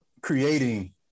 creating